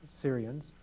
Syrians